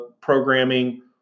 programming